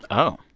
oh.